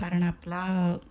कारण आपला